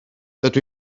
dydw